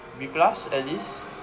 B plus at least